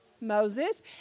Moses